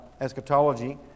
eschatology